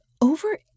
over